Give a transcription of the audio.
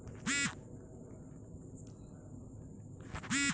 আমার কি কি ডকুমেন্ট লাগবে?